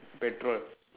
petrol